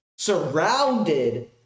surrounded